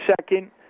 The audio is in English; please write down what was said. second